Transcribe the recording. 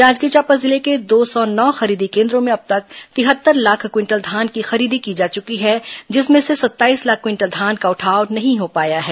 जांजगीर चांपा जिले के दो सौ नौ खरीदी केन्द्रों में अब तक तिहत्तर लाख क्विंटल धान की खरीदी की जा चुकी है जिसमें से सत्ताईस लाख क्विंटल धान का उठाव नहीं हो पाया है